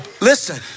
Listen